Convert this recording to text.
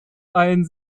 ein